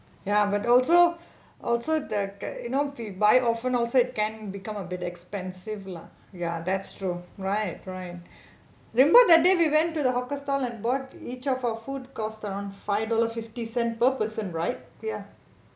ya but also also the the you know buy often also it can become a bit expensive lah ya that's true right right remember that day we went to the hawker stall and bought each of our food cost around five dollar fifty cent per person right ya